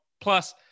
plus